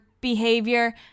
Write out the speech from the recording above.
behavior